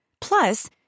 Plus